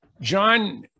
John